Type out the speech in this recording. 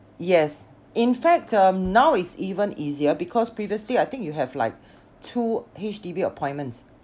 yes in fact um now it's even easier because previously I think you have like two H_D_B appointments